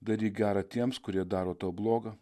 daryk gerą tiems kurie daro tau blogą